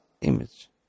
image